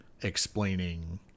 explaining